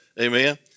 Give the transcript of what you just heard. amen